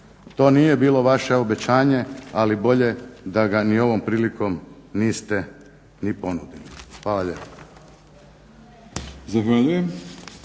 To nije bilo vaše obećanje ali bolje da ga ni ovom prilikom niste ni ponudili. Hvala